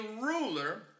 ruler